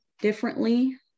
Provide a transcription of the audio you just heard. differently